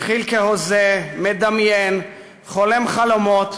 הוא התחיל כהוזה, מדמיין, חולם חלומות,